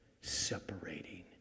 separating